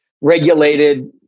regulated